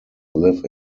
live